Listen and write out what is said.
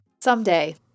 Someday